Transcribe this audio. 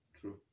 true